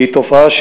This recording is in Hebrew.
זו תופעה,